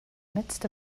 midst